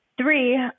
Three